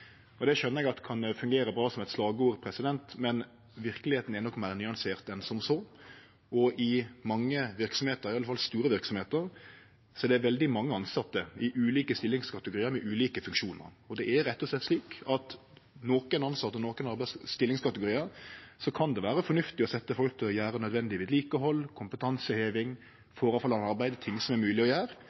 Det skjønar eg at kan fungere bra som eit slagord, men verkelegheita er nok meir nyansert enn som så. I mange verksemder, iallfall i store verksemder, er det veldig mange tilsette i ulike stillingskategoriar i ulike funksjonar. Det er rett og slett slik at for nokre tilsette og nokre stillingskategoriar kan det vere fornuftig å setje folk til å drive med nødvendig vedlikehald, kompetanseheving, påkomande arbeid – ting som er mogleg å gjere